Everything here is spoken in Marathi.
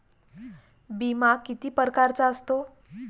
बिमा किती परकारचा असतो?